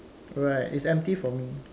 right it's empty for me